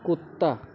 कुत्ता